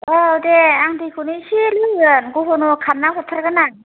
औ दे आं दैखौनो एसेल' होगोन गहन' खालाम नानै हरथारगोन आं